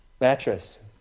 mattress